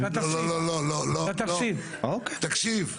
הוא יפסיד, אנחנו ננצח.